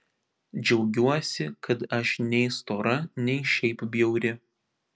džiaugiuosi kad aš nei stora nei šiaip bjauri